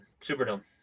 Superdome